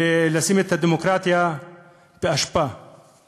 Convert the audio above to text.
לשים את הדמוקרטיה באשפה,